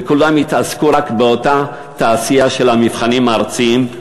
וכולם יתעסקו רק באותה תעשייה של המבחנים הארציים,